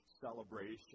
celebration